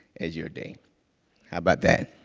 as your day. how about that?